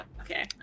Okay